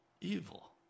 evil